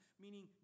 meaning